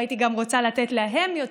והייתי גם רוצה לתת להם יותר,